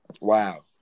Wow